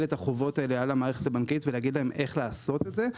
את החובות האלה על המערכת הבנקאית ולומר להם איך לעשות זאת.